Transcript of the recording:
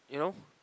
you know